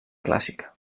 clàssica